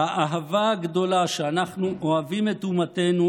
"האהבה הגדולה שאנחנו אוהבים את אומתנו